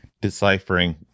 deciphering